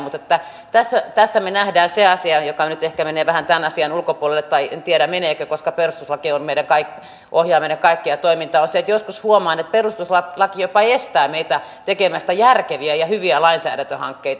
mutta tässä me näemme sen asian joka nyt ehkä menee vähän tämän asian ulkopuolelle tai en tiedä meneekö koska perustuslaki ohjaa meidän kaikkea toimintaamme että joskus huomaan että perustuslaki jopa estää meitä tekemästä järkeviä ja hyviä lainsäädäntöhankkeita